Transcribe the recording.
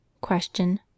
Question